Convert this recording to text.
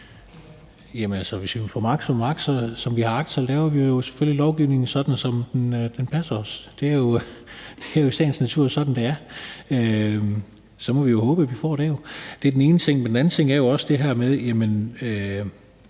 magt, som vi har agt, ville vi selvfølgelig lave lovgivningen sådan, som den passer os. Det er i sagens natur sådan, det er. Så må vi jo håbe, at vi får det. Det er den ene ting, men den anden ting er jo også det her med f.eks.